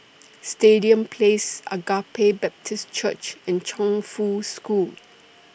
Stadium Place Agape Baptist Church and Chongfu School